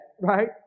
right